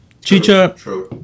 Chicha